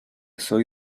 soy